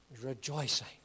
Rejoicing